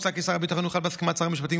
האזרחיות הרבות.